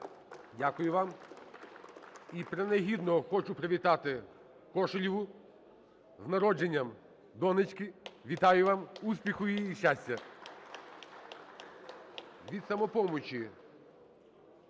Дякую вам. І принагідно хочу привітати Кошелєву з народженням донечки. Вітаю вас, успіху їй і щастя. (Оплески)